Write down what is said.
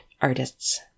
artists